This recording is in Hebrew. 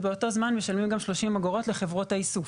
ובאותו זמן משלמים גם 30 אגורות לחברות האיסוף.